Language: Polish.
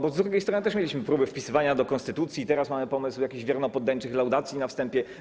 Bo z drugiej strony też mieliśmy próby wpisywania do konstytucji i teraz mamy pomysł jakichś wiernopoddańczych laudacji na wstępie.